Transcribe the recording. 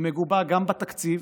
היא מגובה גם בתקציב,